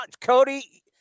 Cody